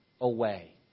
away